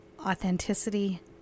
authenticity